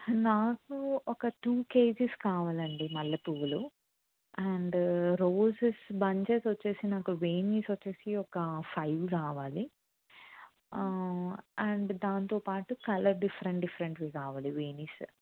నాకు ఒక two KGs కావాలండి మల్లె పువ్వులు అండ్ రోసెస్ బంచెస్ వచ్చేసి నాకు వేణీస్ వచ్చేసి ఒక ఫైవ్ కావాలి అండ్ దాంతోపాటు కలర్ డిఫరెంట్ డిఫరెంట్వి కావాలి వేణీస్